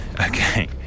Okay